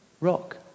rock